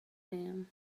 him